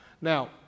Now